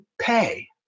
pay